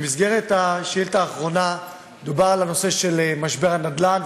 במסגרת השאילתה האחרונה דובר על הנושא של משבר הנדל"ן,